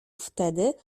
wtedy